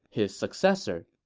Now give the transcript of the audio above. his successor